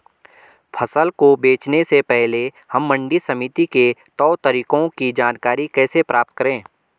फसल को बेचने से पहले हम मंडी समिति के तौर तरीकों की जानकारी कैसे प्राप्त करें?